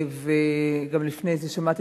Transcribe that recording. וגם לפני זה שמעתי,